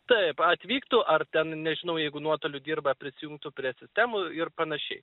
taip atvyktų ar ten nežinau jeigu nuotoliu dirba prisijungtų prie sistemų ir panašiai